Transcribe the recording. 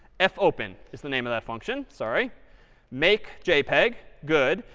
fopen is the name of that function sorry make jpeg, good.